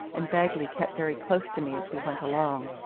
and bagley kept very close to me as we went along.